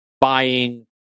buying